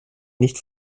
nicht